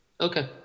Okay